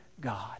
god